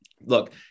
look